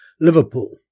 Liverpool